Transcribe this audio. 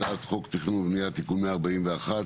הצעת חוק התכנון והבנייה (תיקון מספר 141),